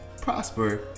prosper